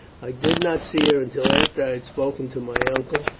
i did not see her until after i had spoken to my uncle,